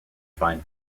find